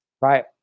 Right